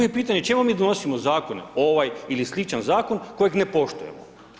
Moje pitanje, čemu mi donosimo Zakone, ovaj ili sličan Zakon, kojeg ne poštujemo?